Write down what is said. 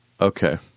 Okay